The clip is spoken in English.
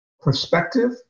perspective